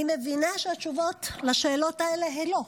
אני מבינה שהתשובות לשאלות האלה הן לא,